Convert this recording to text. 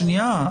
שנייה.